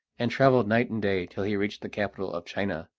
and travelled night and day till he reached the capital of china,